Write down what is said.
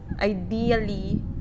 ideally